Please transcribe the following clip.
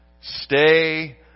stay